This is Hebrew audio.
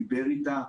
דיבר איתה,